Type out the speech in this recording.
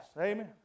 Amen